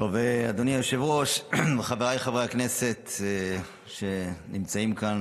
אדוני היושב-ראש, חבריי חברי הכנסת שנמצאים כאן